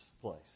place